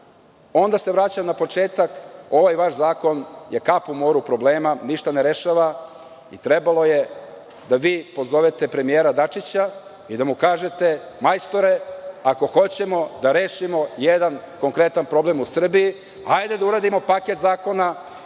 se vraćam na početak, ovaj vaš zakon je kap u moru problema, ništa ne rešava i trebalo je da vi pozovete premijera Dačića i da mu kažete – majstore, ako hoćemo da rešimo jedan konkretan problem u Srbiji hajde da uradimo paket zakona